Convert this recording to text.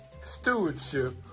stewardship